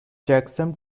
checksum